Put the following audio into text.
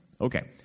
Okay